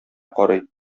карый